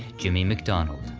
jimmy macdonald,